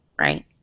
right